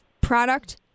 product